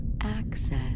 access